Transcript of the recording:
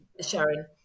Sharon